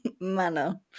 manner